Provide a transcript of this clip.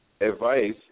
advice